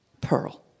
pearl